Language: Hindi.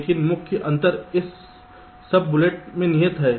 लेकिन मुख्य अंतर इस सब बुलेट में निहित है